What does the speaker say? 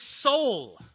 soul